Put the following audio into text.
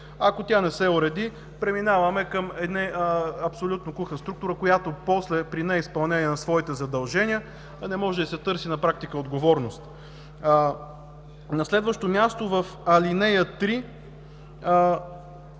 Ако тя не се уреди, преминаваме към абсолютно куха структура, която после при неизпълнение на своите задължения не може да й се търси на практика отговорност. На следващо място – в ал. 3,